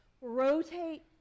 rotate